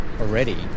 already